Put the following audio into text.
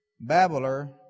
Babbler